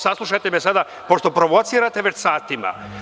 Saslušajte me sada, pošto provocirate već satima.